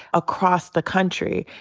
across the country.